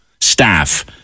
staff